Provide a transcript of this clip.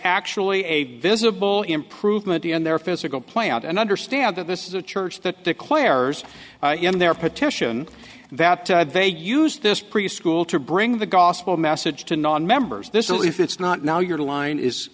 actually a visible improvement in their physical plant and i understand that this is a church that declares their petition that they use this preschool to bring the gospel message to nonmembers this belief it's not now your line is